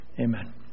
Amen